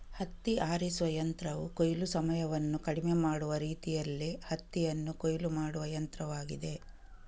ಹತ್ತಿ ಆರಿಸುವ ಯಂತ್ರವು ಕೊಯ್ಲು ಸಮಯವನ್ನು ಕಡಿಮೆ ಮಾಡುವ ರೀತಿಯಲ್ಲಿ ಹತ್ತಿಯನ್ನು ಕೊಯ್ಲು ಮಾಡುವ ಯಂತ್ರವಾಗಿದೆ